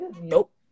Nope